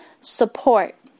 support